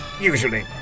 usually